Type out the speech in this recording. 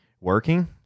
working